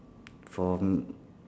for mm